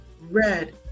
red